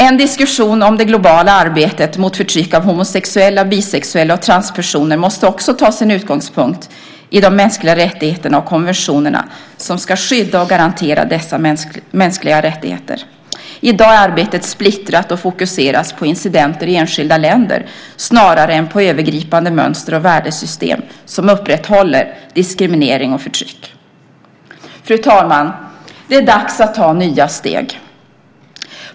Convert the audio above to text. En diskussion om det globala arbetet mot förtryck av homosexuella, bisexuella och transpersoner måste också ta sin utgångspunkt i de mänskliga rättigheterna och de konventioner som ska skydda och garantera dessa rättigheter. I dag är arbetet splittrat och fokuseras på incidenter i enskilda länder snarare än på övergripande mönster och värdesystem som upprätthåller diskriminering och förtryck. Fru talman! Det är dags att ta nya steg.